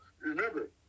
Remember